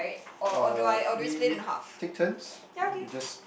uh we we take turns we just